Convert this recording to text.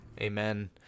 Amen